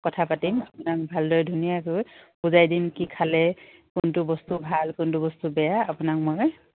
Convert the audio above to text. কথা পাতিম আপোনাক ভালদৰে ধুনীয়াকৈ বুজাই দিম কি খালে কোনটো বস্তু ভাল কোনটো বস্তু বেয়া আপোনাক মই